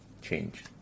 change